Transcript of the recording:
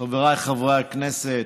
חבריי חברי הכנסת,